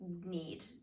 need